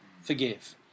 forgive